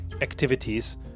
activities